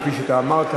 כפי שאמרת,